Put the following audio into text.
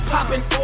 Popping